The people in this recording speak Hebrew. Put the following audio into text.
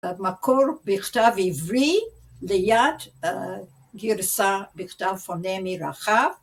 מקור בכתב עברי ליד גרסה בכתב פונמי רחב